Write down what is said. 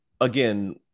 again